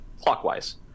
clockwise